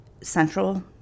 Central